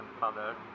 father